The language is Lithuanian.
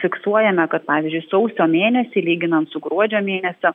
fiksuojame kad pavyzdžiui sausio mėnesį lyginant su gruodžio mėnesio